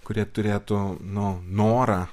kuri turėtų nu norą